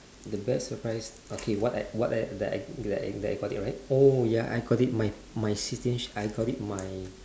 the best surprise okay what I what I that I that I that I got it right oh ya I got it my my citizenship I got it my